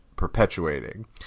perpetuating